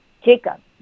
Jacob